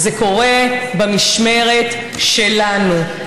זה קורה במשמרת שלנו.